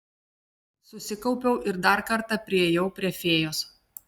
susikaupiau ir dar kartą priėjau prie fėjos